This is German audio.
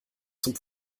zum